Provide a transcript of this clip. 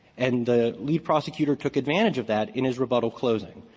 and the lead prosecutor took advantage of that in his rebuttal closing.